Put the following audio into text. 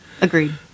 Agreed